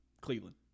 Cleveland